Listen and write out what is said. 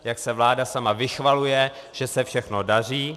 Jak se vláda sama vychvaluje, že se všechno daří.